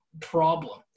problem